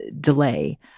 delay